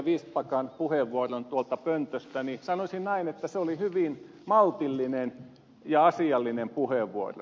vistbackan puheenvuoron tuolta pöntöstä niin sanoisin näin että se oli hyvin maltillinen ja asiallinen puheenvuoro